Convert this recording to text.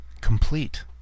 complete